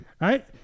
right